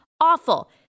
awful